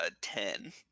ten